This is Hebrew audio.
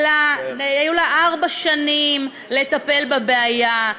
לה, להנהלה, היו ארבע שנים לטפל בבעיה.